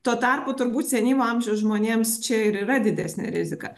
tuo tarpu turbūt senyvo amžiaus žmonėms čia ir yra didesnė rizika